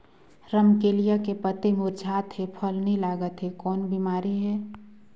रमकलिया के पतई मुरझात हे फल नी लागत हे कौन बिमारी हे?